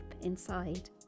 inside